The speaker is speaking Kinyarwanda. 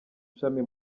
ishami